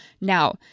Now